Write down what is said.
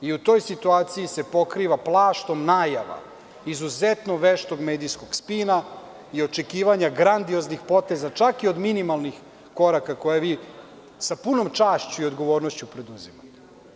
U toj situaciji se pokriva plaštom najava izuzetno veštog medijskog spina i očekivanja grandioznih poteza čak i od minimalnih koraka koje vi sa punom čašću i odgovornošću preduzimate.